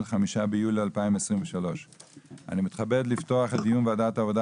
5 ביולי 2023. אני מתכבד לפתוח את דיון ועדת העבודה